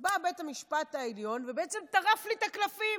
בא בית משפט העליון ובעצם טרף לי את הקלפים.